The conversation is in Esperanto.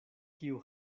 kiu